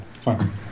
Fine